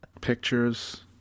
pictures